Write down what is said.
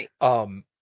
Right